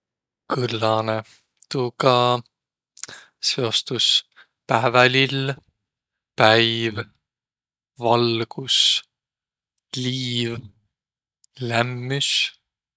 Kõllanõ? Tuuga seostus päävälill, päiv, valgus, liiv, lämmüs.